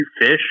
fish